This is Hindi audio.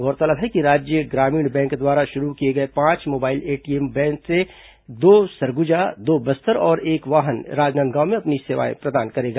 गौरतलब है कि राज्य ग्रामीण बैंक द्वारा शुरू किए गए पांच मोबाइल एटीएम वैन में से दो सरगुजा दो बस्तर और एक वाहन राजनांदगांव में अपनी सेवाएं प्रदान करेगा